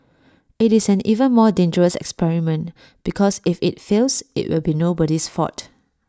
IT is an even more dangerous experiment because if IT fails IT will be nobody's fault